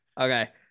Okay